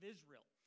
Israel